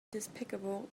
despicable